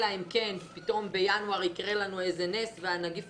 אלא אם כן פתאום בינואר יקרה לנו איזה נס והנגיף